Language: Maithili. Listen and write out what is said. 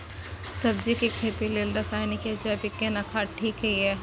सब्जी के खेती लेल रसायनिक या जैविक केना खाद ठीक ये?